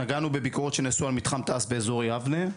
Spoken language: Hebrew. נגענו בביקורות שנעשו על מתחם תעש באזור יבנה,